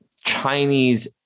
Chinese